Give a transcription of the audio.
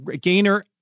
gainer